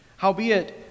Howbeit